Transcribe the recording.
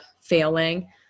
failing